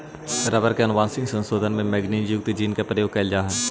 rubber के आनुवंशिक संशोधन में मैगनीज युक्त जीन के प्रयोग कैइल जा हई